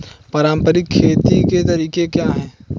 पारंपरिक खेती के तरीके क्या हैं?